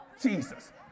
jesus